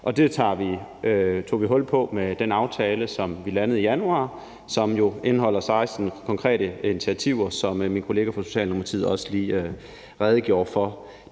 Det tog vi hul på med den aftale, som vi landede i januar, og som jo indeholder 16 konkrete initiativer, som min kollega fra Socialdemokratiet også lige redegjorde for.